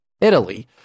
Italy